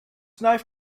knife